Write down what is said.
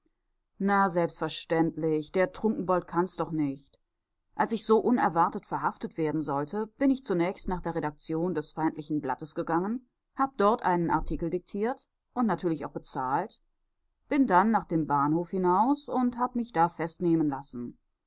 na selbstverständlich der trunkenbold kann's doch nicht als ich so unerwartet verhaftet werden sollte bin ich zunächst nach der redaktion des feindlichen blattes gegangen hab dort einen artikel diktiert und natürlich auch bezahlt und bin dann nach dem bahnhof hinaus und hab mich da festnehmen lassen